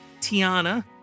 Tiana